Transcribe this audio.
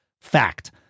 fact